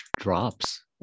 drops